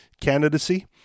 candidacy